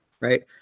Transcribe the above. right